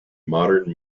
modern